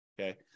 okay